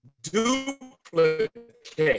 Duplicate